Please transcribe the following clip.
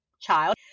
child